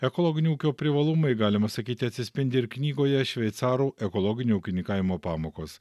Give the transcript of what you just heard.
ekologinių ūkio privalumai galima sakyti atsispindi ir knygoje šveicarų ekologinio ūkininkavimo pamokos